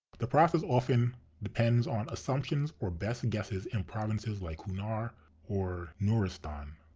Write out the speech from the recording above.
the process often depends on assumptions or best guesses in provinces like kunar or nuristan,